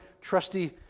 trusty